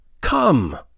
come